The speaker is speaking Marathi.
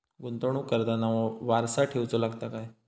गुंतवणूक करताना वारसा ठेवचो लागता काय?